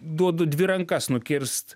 duodu dvi rankas nukirst